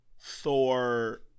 Thor